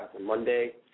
Monday